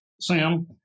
Sam